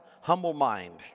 humble-mind